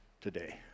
today